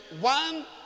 One